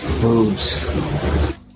Boobs